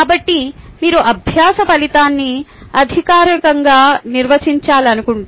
కాబట్టి మీరు అభ్యాస ఫలితాన్ని అధికారికంగా నిర్వచించాలనుకుంటే